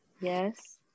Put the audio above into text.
Yes